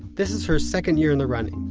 this is her second year in the running.